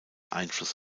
einfluss